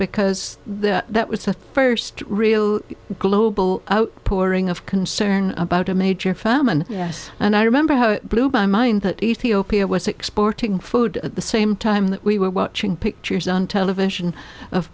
because that was the first real global outpouring of concern about a major famine yes and i remember her blew by mind that ethiopia was exporting food at the same time that we were watching pictures on television of